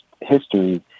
history